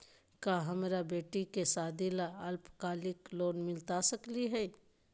का हमरा बेटी के सादी ला अल्पकालिक लोन मिलता सकली हई?